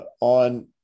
on